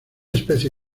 especie